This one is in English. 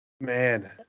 man